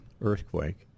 earthquake